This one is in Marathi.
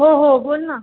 हो हो बोल ना